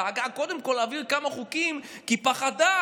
דאגה קודם כול להעביר כמה חוקים כי היא פחדה